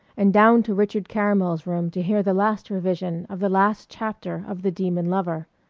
and down to richard caramel's room to hear the last revision of the last chapter of the demon lover.